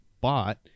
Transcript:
bought